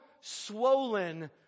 swollen